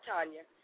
Tanya